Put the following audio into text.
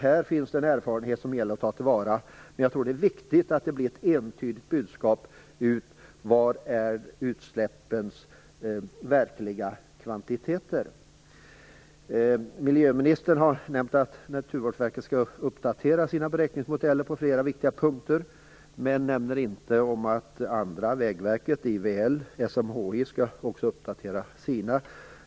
Där finns en erfarenhet som det gäller att ta till vara. Men jag tror att det viktigt att det blir ett entydigt budskap om utsläppens verkliga kvantiteter. Miljöministern har nämnt att Naturvårdsverket skall uppdatera sina beräkningsmodeller på flera viktiga punkter. Men hon nämner ingenting om att andra myndigheter - Vägverket, IVL, SMHI - också skall uppdatera sina.